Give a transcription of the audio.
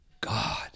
God